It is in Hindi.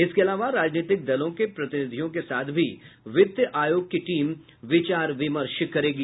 इसके अलावा राजनीतिक दलों के प्रतिनिधियों के साथ भी वित्त आयोग की टीम विचार विमर्श करेगी